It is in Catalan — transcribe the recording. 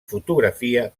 fotografia